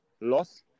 loss